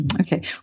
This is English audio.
Okay